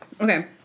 Okay